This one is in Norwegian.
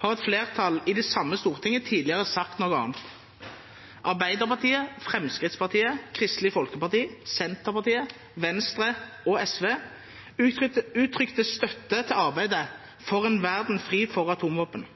har et flertall i det samme Stortinget tidligere sagt noe annet. Arbeiderpartiet, Høyre, Fremskrittspartiet, Kristelig Folkeparti, Senterpartiet, Venstre og SV uttrykte støtte til arbeidet for en verden fri for atomvåpen. Jeg viser til sak i utenriks- og forsvarskomiteen om full avskaffing av atomvåpen,